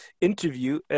interview